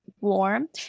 warm